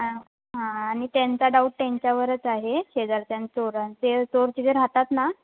हां हां आणि त्यांचा डाऊट त्यांच्यावरच आहे शेजारच्या चोर ते चोर तिथे राहतात ना